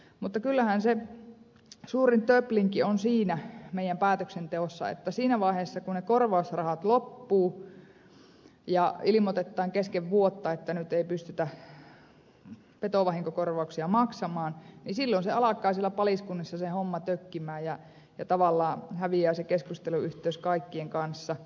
mutta kyllähän se suurin töplinki on siinä meijän päätöksenteossa että siinä vaiheessa kun ne korvausrahat loppuu ja ilimotettaan kesken vuotta että nyt ei pystytä petovahinkokorvauksia maksamaan niin silloin se alakaa siellä paliskunnissa se homma tökkimään ja tavallaan häviää se keskusteluyhteys kaikkien kanssa